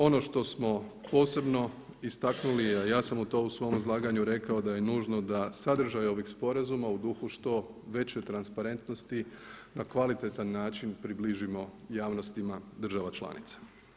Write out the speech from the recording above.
Ono što smo posebno istaknuli, a ja sam to u svom izlaganju rekao da je nužno da sadržaj ovih sporazuma u duhu što veće transparentnosti na kvalitetan način približimo javnostima država članica.